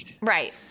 right